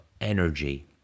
energy